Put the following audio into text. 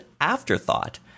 afterthought